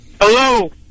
Hello